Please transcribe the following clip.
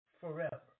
forever